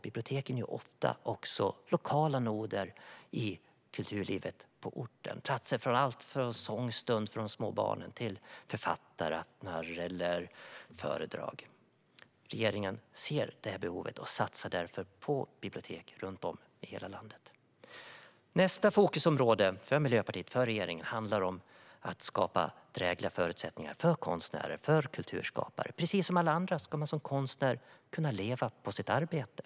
Biblioteken är ofta också lokala noder i kulturlivet på orten; sångstunder för de små barnen, författaraftnar eller föredrag. Regeringen ser behovet och satsar därför på biliotek runt om i hela landet. Nästa fokusområde för Miljöpartiet och regeringen handlar om att skapa drägliga förutsättningar för konstnärer och kulturskapare. Precis som alla andra ska man som konstnär kunna leva på sitt arbete.